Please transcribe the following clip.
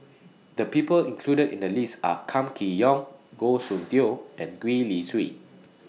The People included in The list Are Kam Kee Yong Goh Soon Tioe and Gwee Li Sui